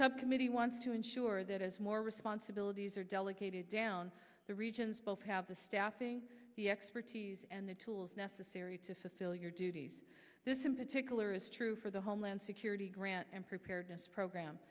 sub committee wants to ensure that as more responsibilities are delegated down the regions both have the staffing the expertise and the tools necessary to fulfill your duties this in particular is true for the homeland security grant and preparedness program